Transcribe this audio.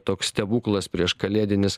toks stebuklas prieškalėdinis